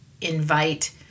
invite